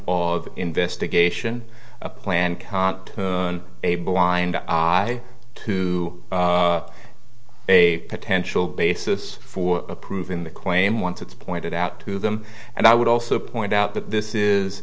of investigation a plan can't turn a blind eye to a potential basis for approving the claim once it's pointed out to them and i would also point out that this is